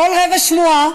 כל רבע שמועה,